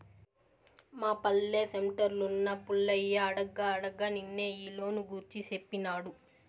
మా పల్లె సెంటర్లున్న పుల్లయ్య అడగ్గా అడగ్గా నిన్నే ఈ లోను గూర్చి సేప్పినాడు